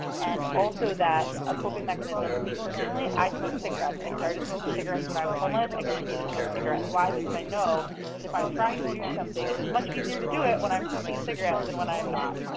and also that a coping mechanism, me personally, i smoke cigarettes. i started smoking cigarettes when i was homeless. i continue to smoke cigarettes. why? because i know that if i'm trying to do something, it is much easier to do it when i'm smoking a cigarette than when i am not.